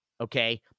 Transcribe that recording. Okay